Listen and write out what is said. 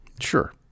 Sure